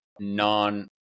non